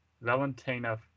Valentina